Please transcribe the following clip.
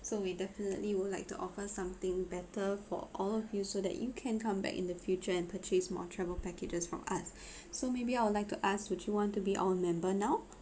so we definitely would like to offer something better for all of you so that you can come back in the future and purchase more travel packages from us so maybe I would like to ask would you want to be our member now